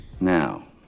Now